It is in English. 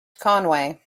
conway